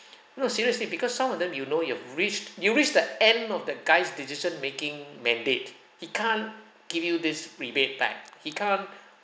no seriously because some of them you know you have reached you reach the end of the guy's decision making mandate he can't give you this rebate back he can't